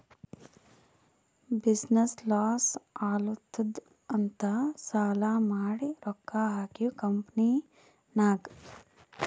business loss ಆಲಾತ್ತುದ್ ಅಂತ್ ಸಾಲಾ ಮಾಡಿ ರೊಕ್ಕಾ ಹಾಕಿವ್ ಕಂಪನಿನಾಗ್